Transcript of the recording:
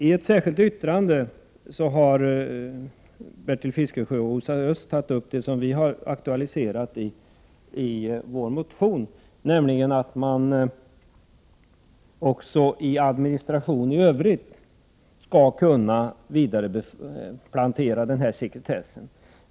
I ett särskilt yttrande har Bertil Fiskesjö och Rosa Östh tagit upp något som vi aktualiserat i en motion, nämligen att man också i administrationen i övrigt skall kunna vidareföra den här sekretessen.